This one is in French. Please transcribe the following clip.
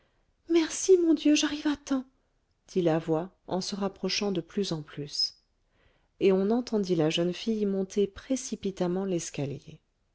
merci mon dieu j'arrive à temps dit la voix en se rapprochant de plus en plus et on entendit la jeune fille monter précipitamment l'escalier